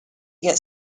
get